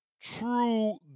true